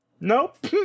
Nope